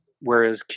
whereas